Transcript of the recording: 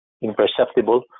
imperceptible